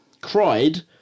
cried